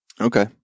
Okay